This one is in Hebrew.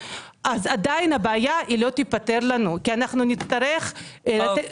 עדיין הבעיה לא תיפתר לנו כי אנחנו נצטרך --- טוב.